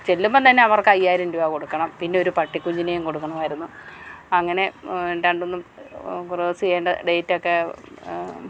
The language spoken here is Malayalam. ചെല്ലുമ്പം തന്നെ അവർക്ക് അയ്യായിരം രൂപ കൊടുക്കണം പിന്നെ ഒരു പട്ടികുഞ്ഞിനെയും കൊടുക്കണമായിരുന്നു അങ്ങനെ രണ്ടുന്നു ക്രോസ്സ് ചെയ്യേണ്ട ഡേറ്റ് ഒക്കെ